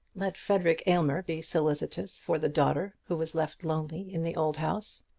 let frederic aylmer be solicitous for the daughter who was left lonely in the old house.